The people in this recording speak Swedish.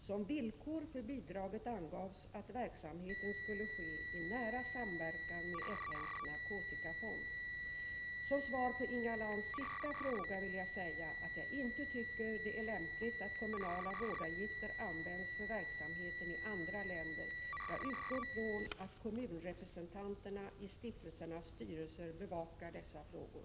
Som villkor för bidraget angavs att verksamheten skulle ske i nära samverkan med FN:s narkotikafond. Som svar på Inga Lantz sista fråga vill jag säga att jag inte tycker det är lämpligt att kommunala vårdavgifter används för verksamheten i andra länder. Jag utgår från att kommunrepresentanterna i stiftelsernas styrelser bevakar sådana frågor.